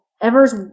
Evers